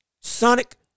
Sonic